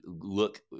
look